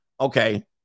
Okay